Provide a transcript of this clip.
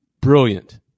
Brilliant